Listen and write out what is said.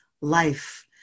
life –